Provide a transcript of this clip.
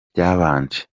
byabanje